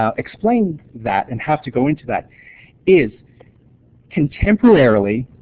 um explain that and have to go into that is contemporarily,